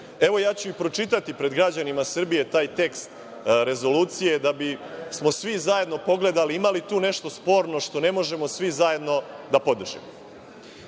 ja ću i pročitati pred građanima Srbije taj tekst rezolucije, da bismo svi zajedno pogledali ima li tu nešto sporno što ne možemo svi zajedno da